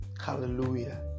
hallelujah